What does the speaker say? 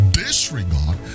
disregard